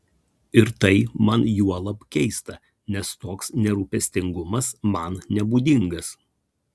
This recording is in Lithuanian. ir tai man juolab keista nes toks nerūpestingumas man nebūdingas